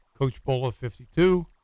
CoachBola52